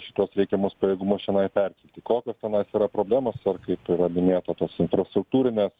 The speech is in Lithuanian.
šituos reikiamus pajėgumus čionai perkelti kokios tenais yra problemos ar kaip yra minėta tos infrastruktūrinės